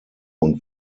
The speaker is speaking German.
und